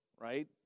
right